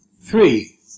three